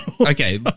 Okay